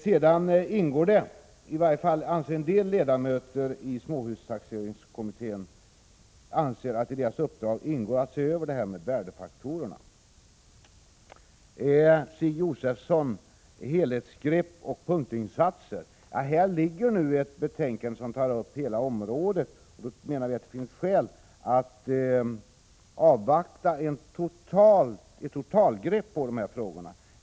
I varje — 8 april 1987 fall en del ledamöter i småhustaxeringskommittén anser att det i deras uppdrag ingår att se över problemen med värdefaktorerna. Stig Josefson talade om helhetsgrepp och punktinsatser. Här föreligger nu ett betänkande där hela området tas upp. Då menar vi att det finns skäl att avvakta ett förslag som innebär ett totalgrepp på de här frågorna.